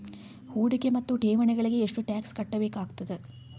ಹೂಡಿಕೆ ಮತ್ತು ಠೇವಣಿಗಳಿಗ ಎಷ್ಟ ಟಾಕ್ಸ್ ಕಟ್ಟಬೇಕಾಗತದ?